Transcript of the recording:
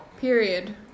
Period